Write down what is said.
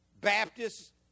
Baptists